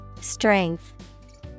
Strength